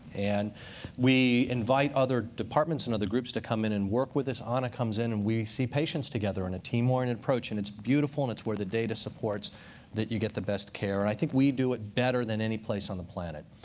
and we invite other departments and other groups to come in and work with us. anna comes in and we see patients together in a team-oriented approach. and it's beautiful, and it's where the data supports that you get the best care. and i think we do it better than any place on the planet.